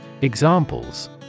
Examples